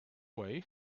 way